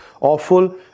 awful